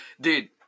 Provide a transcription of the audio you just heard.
Dude